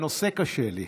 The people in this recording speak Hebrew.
הנושא קשה לי.